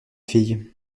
fille